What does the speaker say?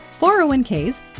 401ks